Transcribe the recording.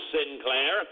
Sinclair